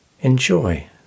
Enjoy